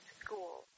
school